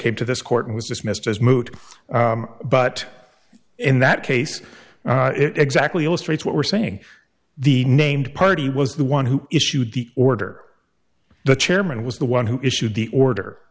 came to this court and was dismissed as moot but in that case it exactly illustrates what we're saying the named party was the one who issued the order the chairman was the one who issued the order